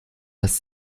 das